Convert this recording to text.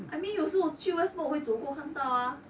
I mean 有时候我去 west mall 我会走过看到啊